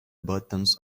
buttons